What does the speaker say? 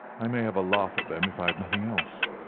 i may have a laugh at them if i have nothing else.